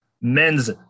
men's